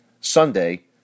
Sunday